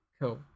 Cool